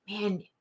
man